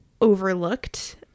overlooked